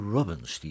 Robbins